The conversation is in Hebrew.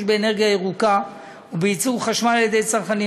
באנרגיה ירוקה ובייצור חשמל על-ידי צרכנים.